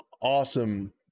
awesome